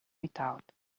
without